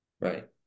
Right